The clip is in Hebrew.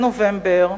בנובמבר,